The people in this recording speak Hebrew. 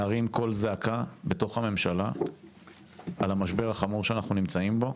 להרים קול עזקה בתוך הממשלה על המשבר החמור שאנחנו נמצאים בו,